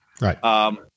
right